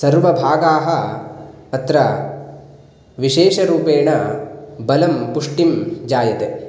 सर्वभागाः अत्र विशेषरूपेण बलं पुष्टिं जायते